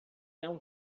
não